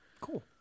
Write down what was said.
Cool